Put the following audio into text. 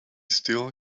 still